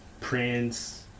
Prince